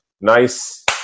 nice